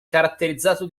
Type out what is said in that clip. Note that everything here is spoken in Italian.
caratterizzato